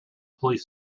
police